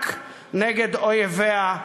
רק נגד אויביה,